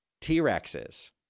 T-Rexes